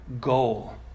goal